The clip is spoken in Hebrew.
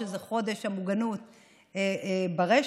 שזה חודש המוגנות ברשת,